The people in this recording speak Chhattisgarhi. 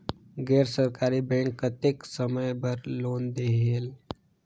गैर सरकारी बैंक कतेक समय बर लोन देहेल?